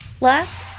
Last